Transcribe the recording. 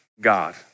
God